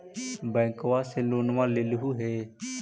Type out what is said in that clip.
बैंकवा से लोनवा लेलहो हे?